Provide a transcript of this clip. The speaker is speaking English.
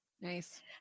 nice